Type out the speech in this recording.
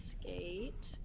Skate